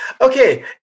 Okay